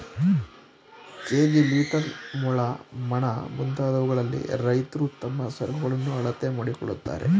KG, litre, ಮೊಳ, ಮಣ, ಮುಂತಾದವುಗಳಲ್ಲಿ ರೈತ್ರು ತಮ್ಮ ಸರಕುಗಳನ್ನು ಅಳತೆ ಮಾಡಿಕೊಳ್ಳುತ್ತಾರೆ